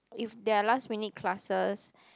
if there are last minute classes